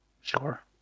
Sure